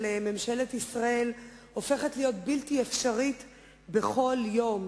ממשלת ישראל הופכת להיות בלתי אפשרית בכל יום.